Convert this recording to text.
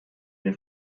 den